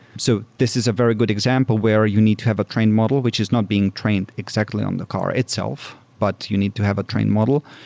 so this is a very good example where you need to have a trained model which is not being trained exactly on the car itself, but you need to have a trained model.